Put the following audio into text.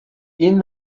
این